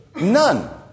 None